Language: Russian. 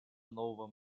нового